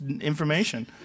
information